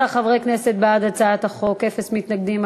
14 חברי כנסת בעד הצעת החוק, אין מתנגדים.